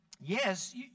yes